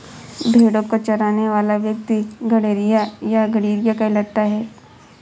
भेंड़ों को चराने वाला व्यक्ति गड़ेड़िया या गरेड़िया कहलाता है